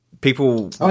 People